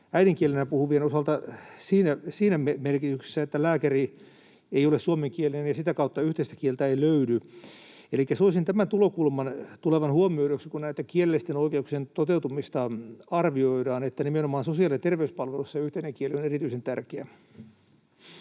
äidinkielenään puhuvien osalta siinä merkityksessä, että lääkäri ei ole suomenkielinen ja sitä kautta yhteistä kieltä ei löydy. Elikkä soisin tämän tulokulman tulevan huomioiduksi, kun näitten kielellisten oikeuksien toteutumista arvioidaan, että nimenomaan sosiaali- ja terveyspalveluissa yhteinen kieli on erityisen tärkeä.